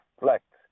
reflect